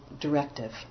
directive